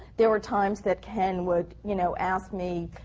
there were times that ken would, you know, ask me,